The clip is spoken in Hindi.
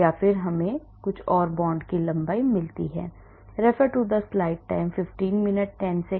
तब मुझे बॉन्ड लंबाई मिल सकती है